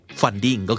funding